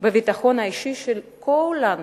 בביטחון האישי של כולנו,